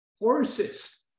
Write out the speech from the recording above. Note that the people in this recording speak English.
horses